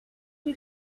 did